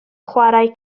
chwarae